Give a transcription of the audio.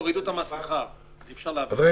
אז אני